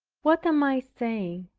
what am i saying?